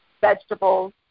vegetables